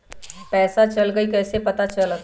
पैसा चल गयी कैसे पता चलत?